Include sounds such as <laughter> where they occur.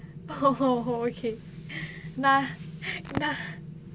oh okay <laughs> நான் நான்:naan naan